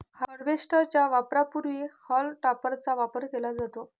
harvester च्या वापरापूर्वी हॉल टॉपरचा वापर केला जातो